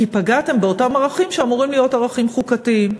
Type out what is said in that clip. כי פגעתם באותם ערכים שאמורים להיות ערכים חוקתיים.